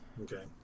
Okay